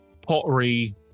pottery